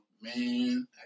Man